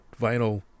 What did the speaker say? vinyl